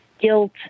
guilt